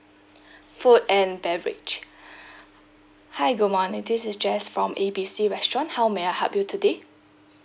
food and beverage hi good morning this is jess from A B C restaurant how may I help you today